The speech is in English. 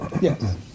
Yes